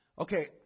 okay